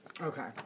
Okay